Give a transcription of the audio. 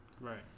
Right